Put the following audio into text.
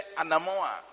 anamoa